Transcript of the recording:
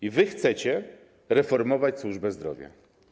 I wy chcecie reformować służbę zdrowia.